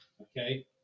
Okay